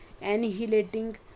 annihilating